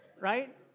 right